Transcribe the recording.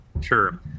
Sure